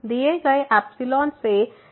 दिए गए एप्सिलॉन से इस अंतर को कम करने के लिए है